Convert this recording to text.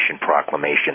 proclamation